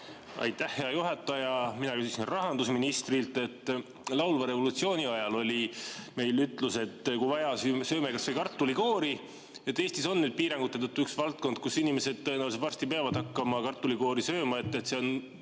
Aitäh, hea juhataja! Mina küsin rahandusministrilt. Laulva revolutsiooni ajal oli meil ütlus, et kui vaja, siis sööme kasvõi kartulikoori. Eestis on piirangute tõttu üks valdkond, kus inimesed tõenäoliselt varsti peavadki hakkama kartulikoori sööma – see